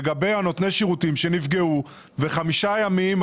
לגבי נותני שירותים שנפגעו חמישה ימים,